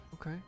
Okay